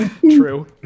true